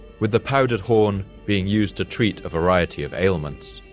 with the powdered horn being used to treat a variety of ailments.